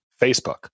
Facebook